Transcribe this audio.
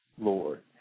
Lord